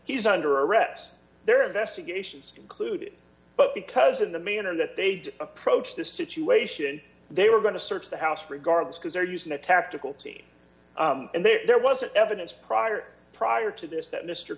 he's under arrest there are investigations included but because in the manner that they did approach this situation they were going to search the house regardless because they're using a tactical team and there wasn't evidence prior prior to this that mr